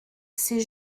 c’est